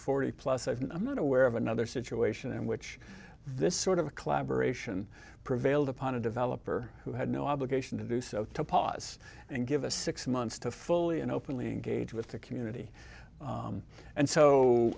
forty plus and i'm not aware of another situation in which this sort of collaboration prevailed upon a developer who had no obligation to do so to pause and give us six months to fully and openly engage with the community and so